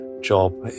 job